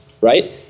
right